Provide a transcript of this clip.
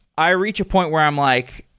i reach a point where i'm like,